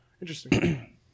Interesting